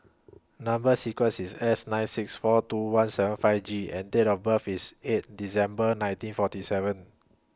Number sequence IS S nine six four two one seven five G and Date of birth IS eight December nineteen forty seven